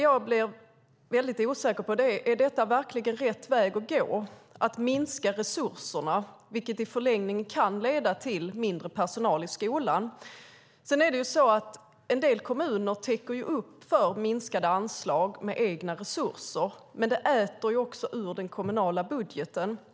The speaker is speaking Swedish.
Jag blir mycket osäker på om det verkligen är rätt väg att gå att minska resurserna, vilket i förlängningen kan leda till mindre personal i skolan. En del kommuner täcker upp för minskade anslag med egna resurser, men det äter också ur den kommunala budgeten.